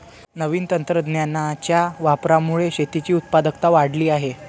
नवीन तंत्रज्ञानाच्या वापरामुळे शेतीची उत्पादकता वाढली आहे